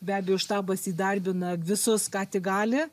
be abejo štabas įdarbina visus ką tik gali